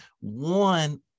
one